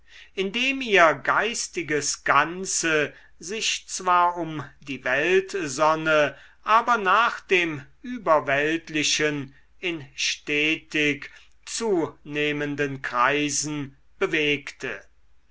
indem ihr geistiges ganze sich zwar um die weltsonne aber nach dem überweltlichen in stetig zunehmenden kreisen bewegte